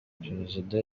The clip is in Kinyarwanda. perezida